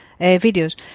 videos